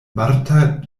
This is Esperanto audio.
marta